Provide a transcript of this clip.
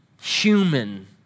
human